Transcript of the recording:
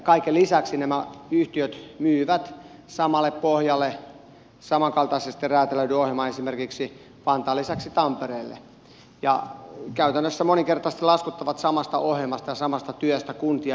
kaiken lisäksi nämä yhtiöt myyvät samalle pohjalle samankaltaisesti räätälöidyn ohjelman esimerkiksi vantaan lisäksi tampereelle ja käytännössä moninkertaisesti laskuttavat samasta ohjelmasta ja samasta työstä kuntia